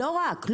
לא רק.